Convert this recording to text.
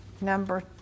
number